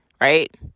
right